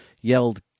yelled